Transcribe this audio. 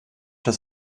das